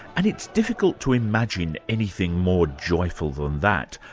and it's difficult to imagine anything more joyful than that.